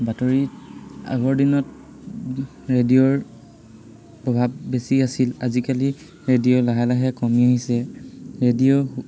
বাতৰিত আগৰ দিনত ৰেডিঅ'ৰ প্ৰভাৱ বেছি আছিল আজিকালি ৰেডিঅ' লাহে লাহে কমি আহিছে ৰেডিঅ'